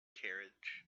carriage